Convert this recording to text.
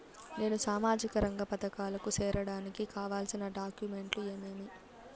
నేను సామాజిక రంగ పథకాలకు సేరడానికి కావాల్సిన డాక్యుమెంట్లు ఏమేమీ?